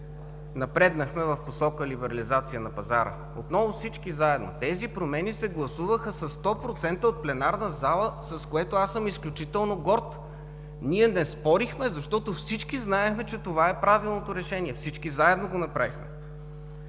Напреднахме в посока либерализация на пазара отново всички заедно. Тези промени се гласуваха от 100 % от пленарната зала, с което аз съм изключително горд! Ние не спорехме, защото всички знаехме, че това е правилното решение. Всички заедно го направихме.